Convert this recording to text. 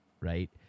right